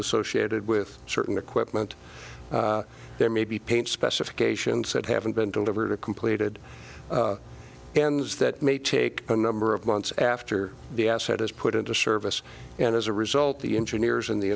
associated with certain equipment there may be paint specifications that haven't been delivered a completed and that may take a number of months after the asset is put into service and as a result the engineers in the